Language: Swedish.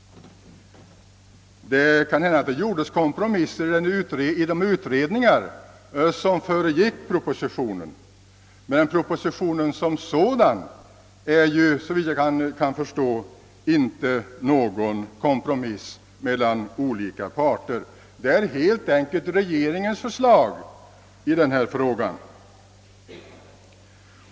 Det kan hända att det gjordes kompromisser vid de utredningar som föregick propositionen, men propositionen som sådan är, såvitt jag förstår, inte någon kompromiss mellan olika parter. Den utgör helt enkelt regeringens förslag i denna fråga.